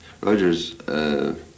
Rogers